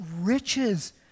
riches